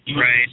Right